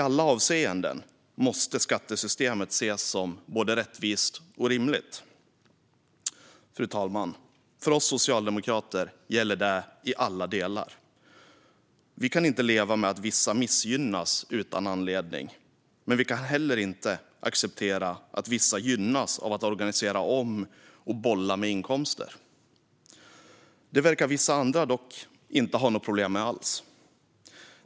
I alla avseenden måste skattesystemet ses som rättvist och rimligt, fru talman. För oss socialdemokrater gäller det i alla delar. Vi kan inte leva med att vissa missgynnas utan anledning, men vi kan heller inte acceptera att vissa gynnas av att organisera om och bolla med inkomster. Detta verkar dock vissa andra inte ha några problem med alls.